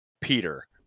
peter